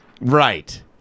right